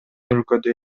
өлкөдө